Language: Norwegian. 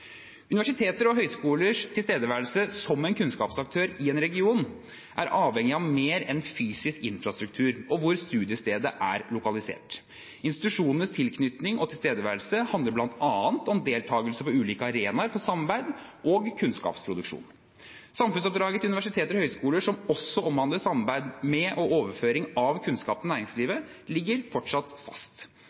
og høyskolers tilstedeværelse som en kunnskapsaktør i en region er avhengig av mer enn fysisk infrastruktur og hvor studiestedet er lokalisert. Institusjonenes tilknytning og tilstedeværelse handler bl.a. om deltakelse på ulike arenaer for samarbeid og kunnskapsproduksjon. Samfunnsoppdraget til universiteter og høyskoler, som også omhandler samarbeid med og overføring av kunnskap til næringslivet, ligger fortsatt fast.